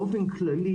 באופן כללי,